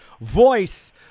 voice